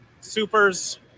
supers